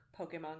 Pokemon